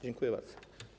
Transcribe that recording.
Dziękuję bardzo.